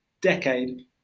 decade